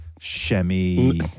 shemmy